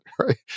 right